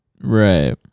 Right